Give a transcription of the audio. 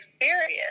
experience